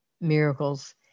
miracles